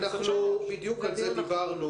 אנחנו בדיוק על זה דיברנו